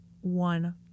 one